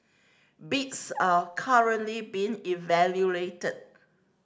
bids are currently being evaluated